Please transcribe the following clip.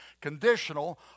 conditional